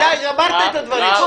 --- די, אמרת את הדברים.